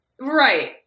right